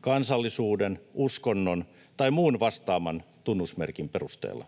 kansallisuuden, uskonnon tai muun vastaavan tunnusmerkin perusteella.